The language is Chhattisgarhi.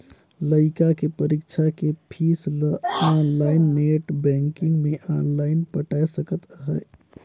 लइका के परीक्षा के पीस ल आनलाइन नेट बेंकिग मे आनलाइन पटाय सकत अहें